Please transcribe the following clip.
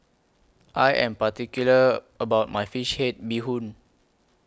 I Am particular about My Fish Head Bee Hoon